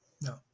No